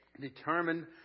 determined